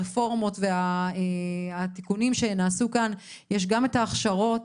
הרפורמות והתיקונים שנעשו כאן יש גם את ההכשרות,